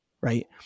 Right